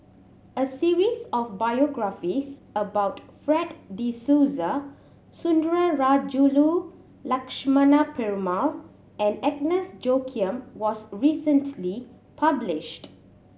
a series of biographies about Fred De Souza Sundarajulu Lakshmana Perumal and Agnes Joaquim was recently published